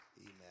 amen